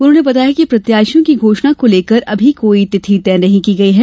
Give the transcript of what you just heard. उन्होंने बताया कि प्रत्याशियों की घोषणा को लेकर अभी कोई तिथि तय नहीं की गई है